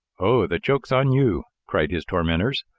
oh, the joke's on you! cried his tormentors,